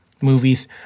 movies